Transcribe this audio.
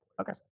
okay